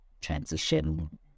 transition